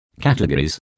categories